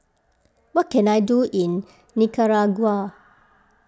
what can I do in Nicaragua